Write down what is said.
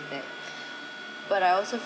that but I also